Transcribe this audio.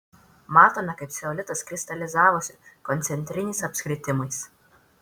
matome kaip ceolitas kristalizavosi koncentriniais apskritimais